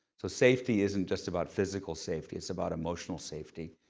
so safety isn't just about physical safety, it's about emotional safety.